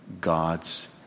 God's